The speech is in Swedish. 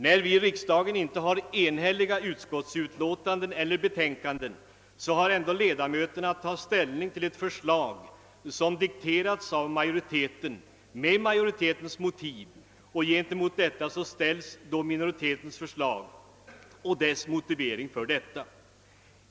När vi i riksdagen inte har enhälliga utlåtanden eller betänkanden har ledamöterna ändå att ta ställning till ett förslag som dikterats av majoriteten med majoritetens motivering, och gentemot detta ställs minoritetens förslag och dess motivering för detta.